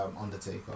Undertaker